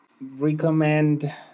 recommend